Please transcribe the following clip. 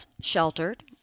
sheltered